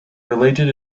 related